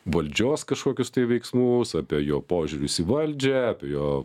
valdžios kažkokius veiksmus apie jo požiūris į valdžią apie jo